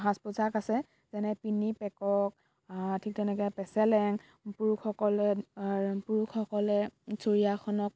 সাজ পোচাক আছে যেনে পিনি পেকক ঠিক তেনেকৈ পেচেলেং পুৰুষসকলে পুৰুষসকলে চুৰীয়াখনক